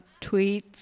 tweets